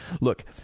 Look